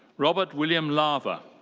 robert william lava.